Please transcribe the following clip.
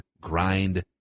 grind